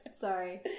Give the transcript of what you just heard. sorry